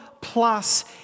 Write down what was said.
plus